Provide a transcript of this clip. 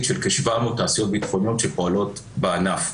של כ-700 תעשיות ביטחוניות שפועלות בענף.